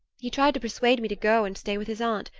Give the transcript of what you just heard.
he tried to persuade me to go and stay with his aunt,